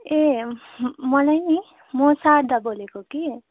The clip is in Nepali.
ए मलाई नि म शारदा बोलेको कि